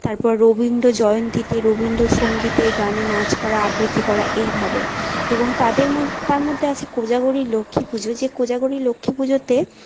তারপর রবীন্দ্রজয়ন্তীতে রবীন্দ্রসঙ্গীতে গানে নাচ করা আবৃত্তি করা এইভাবে এবং তাদের তার মধ্যে আছে কোজাগরী লক্ষ্মী পুজো যে কোজাগরী লক্ষ্মী পুজোতে